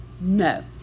no